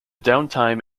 downtime